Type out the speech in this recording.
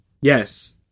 Yes